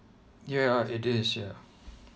ya it is ya